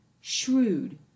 shrewd